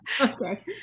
okay